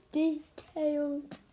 detailed